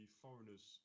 foreigners